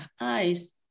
eyes